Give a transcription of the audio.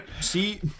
See